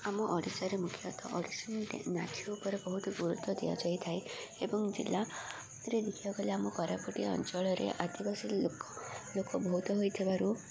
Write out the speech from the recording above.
ଆମ ଓଡ଼ିଶାରେ ମୁଖ୍ୟତଃ ଓଡ଼ିଶୀ ନାଚ ଉପରେ ବହୁତ ଗୁରୁତ୍ୱ ଦିଆଯାଇଥାଏ ଏବଂ ଜିଲ୍ଲାରେ ଦେଖିବାକୁ ଗଲେ ଆମ କୋରାପୁଟିଆ ଅଞ୍ଚଳରେ ଆଦିବାସୀ ଲୋକ ଲୋକ ବହୁତ ହୋଇଥିବାରୁ